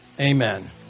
amen